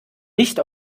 nicht